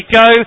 go